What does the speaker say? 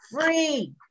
free